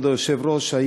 כבוד היושב-ראש,